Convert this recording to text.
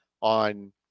on